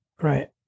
Right